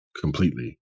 completely